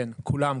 כן, כולן.